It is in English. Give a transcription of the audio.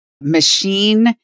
machine